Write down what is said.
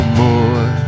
more